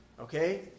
Okay